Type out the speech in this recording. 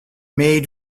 made